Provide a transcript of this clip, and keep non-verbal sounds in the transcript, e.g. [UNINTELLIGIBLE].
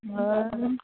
ᱚᱻ [UNINTELLIGIBLE]